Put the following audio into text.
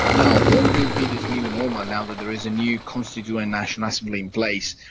now, what will be this new normal now that there is a new constitutional and national assembly in place,